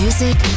Music